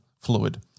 fluid